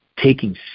Taking